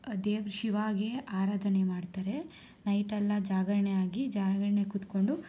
ದೇವ್ರು ಶಿವಾಗೆ ಆರಾಧನೆ ಮಾಡ್ತಾರೆ ನೈಟೆಲ್ಲ ಜಾಗರಣೆ ಆಗಿ ಜಾಗರಣೆ ಕೂತ್ಕೊಂಡು